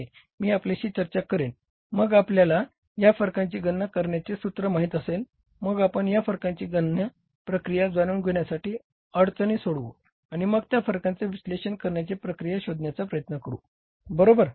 मी आपल्याशी चर्चा करेन मग आपल्याला या फरकांची गणना करण्याचे सूत्र माहित असेल मग आपण या फरकांच्या गणनेची प्रक्रिया जाणून घेण्यासाठी अडचणी सोडवू आणि मग या फरकांचे विश्लेषण करण्याची प्रक्रिया शोधण्याचा प्रयत्न करू बरोबर